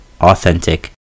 Authentic